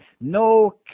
No